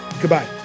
Goodbye